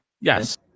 Yes